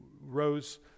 rose